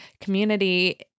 community